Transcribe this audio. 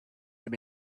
have